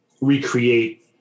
recreate